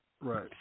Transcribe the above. Right